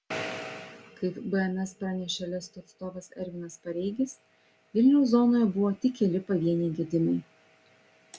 kaip bns pranešė lesto atstovas ervinas pareigis vilniaus zonoje buvo tik keli pavieniai gedimai